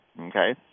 Okay